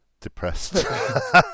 depressed